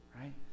Right